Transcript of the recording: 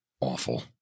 awful